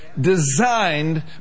designed